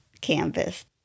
canvas